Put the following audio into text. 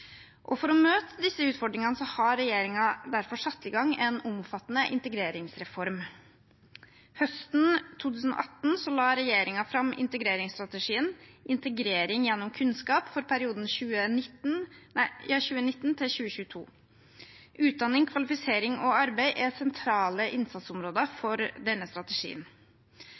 For å møte disse utfordringene har regjeringen derfor satt i gang en omfattende integreringsreform. Høsten 2018 la regjeringen fram integreringsstrategien «Integrering gjennom kunnskap» for perioden 2019 til 2022. Utdanning, kvalifisering og arbeid er sentrale innsatsområder for denne strategien.